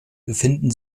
befinden